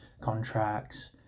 contracts